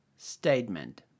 Statement